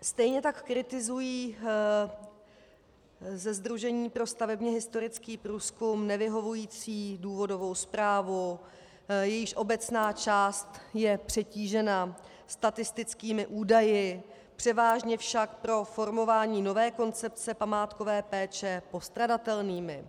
Stejně tak kritizují ze Sdružení pro stavebněhistorický průzkum nevyhovující důvodovou zprávu, jejíž obecná část je přetížena statistickými údaji, převážně však pro formování nové koncepce památkové péče postradatelnými.